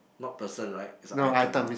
not person right is item ah